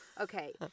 Okay